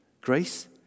grace